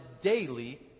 daily